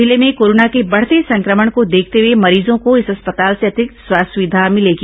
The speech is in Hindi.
जिले में कोरोना के बढ़ते संक्रमण को देखते हुए मरीजों को इस अस्पताल से अतिरिक्त स्वास्थ्य सुविधा मिलेगी